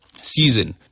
season